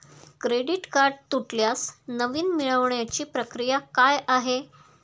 Credit card तुटल्यास नवीन मिळवण्याची प्रक्रिया काय आहे?